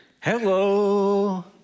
Hello